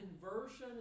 conversion